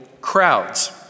crowds